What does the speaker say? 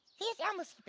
here's elmo's